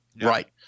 right